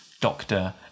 Doctor